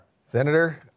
Senator